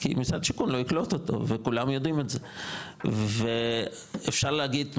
כי משרד השיכון לא יקלוט אותו וכולם יודעים את זה ואפשר להגיד,